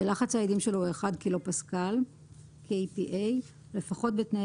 שלחץ האדים שלו הוא 1 קילו פסקל kPa)) לפחות בתנאי